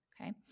okay